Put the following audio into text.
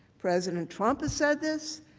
president trump has said this,